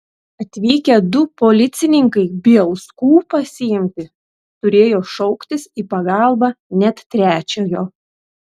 atvykę du policininkai bielskų pasiimti turėjo šauktis į pagalbą net trečiojo